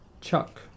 Chuck